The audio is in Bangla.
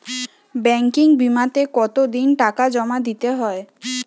ব্যাঙ্কিং বিমাতে কত দিন টাকা জমা দিতে হয়?